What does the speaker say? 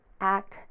act